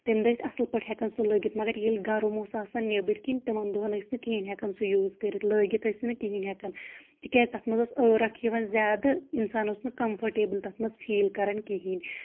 تَمہِ دۄہ ٲسۍ اَصٕل پٲٹھۍ ہٮ۪کَان سُہ لٲگِتھ مگر ییٚلہِ گَرَم اوس آسان نٮ۪بٕرۍ کِنۍ تِمَن دۄہَن ٲسۍ نہٕ کِہیٖنۍ ہٮ۪کَان سُہ یوٗز کٔرِتھ لٲگِتھ ٲس نہٕ کِہیٖنۍ ہٮ۪کَان تِکیٛازِ تَتھ منٛز اوس ٲرَکھ یِوان زیادٕ اِنسان اوس نہٕ کَمفٲٹیبٕل تَتھ منٛز فیٖل کَران کِہیٖنۍ